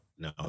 No